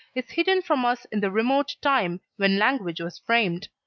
is hidden from us in the remote time when language was framed